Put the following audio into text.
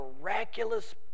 miraculous